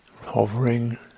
hovering